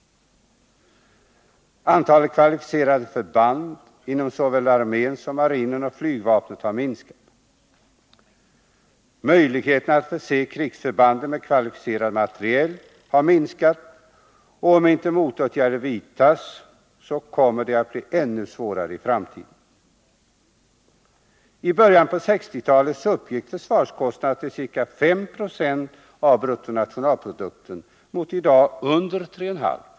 Antalet kvalificerade förband inom såväl armén som marinen och flygvapnet har minskat. Möjligheterna att förse krigsförbanden med kvalificerad materiel har minskat, och om inte motåtgärder vidtas kommer de att bli ännu mindre i framtiden. I början på 1960-talet uppgick försvarskostnaderna till ca 5 96 av bruttonationalprodukten mot i dag under 3,5 20.